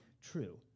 true